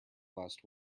last